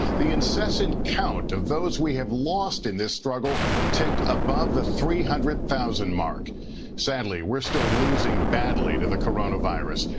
the incessant count of those we have lost in this struggle ticked above the three hundred thousand mark sadly we are still losing badly to the coronavirus.